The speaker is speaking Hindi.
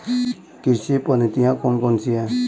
कृषि पद्धतियाँ कौन कौन सी हैं?